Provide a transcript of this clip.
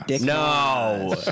No